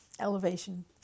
elevation